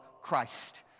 Christ